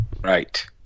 Right